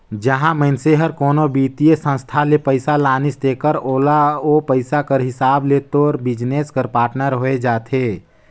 जहां मइनसे हर कोनो बित्तीय संस्था ले पइसा लानिस तेकर ओला ओ पइसा कर हिसाब ले तोर बिजनेस कर पाटनर होए जाथे